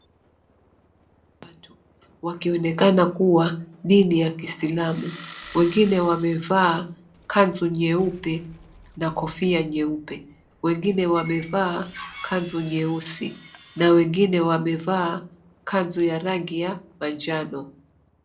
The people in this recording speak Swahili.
Watu wakionekana kuwa dini ya Kiislamu. Wengine wamevaa kanzu nyeupe na kofia nyeupe. Wengine wamevaa kanzu nyeusi na wengine wamevaa kanzu ya rangi ya manjano.